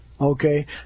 Okay